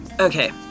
okay